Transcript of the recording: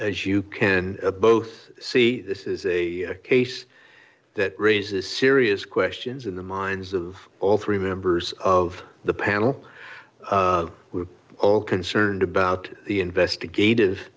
as you can both see this is a case that raises serious questions in the minds of all three members of the panel who are all concerned about the investigative